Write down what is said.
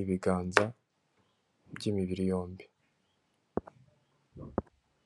ibiganza by'imibiri yombi.